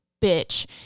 bitch